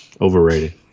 Overrated